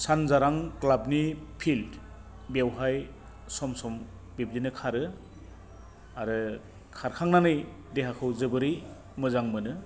सानजारां ख्लाबनि फिल्द बेवहाय सम सम बिब्दिनो खारो आरो खारखांनानै देहाखौ जोबोरै मोजां मोनो